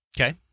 okay